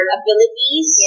abilities